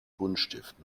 buntstift